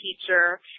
teacher